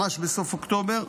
ממש בסוף אוקטובר.